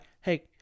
hey